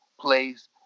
place